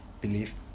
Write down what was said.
Believe